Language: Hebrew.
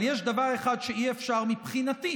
אבל יש דבר אחד שאי-אפשר מבחינתי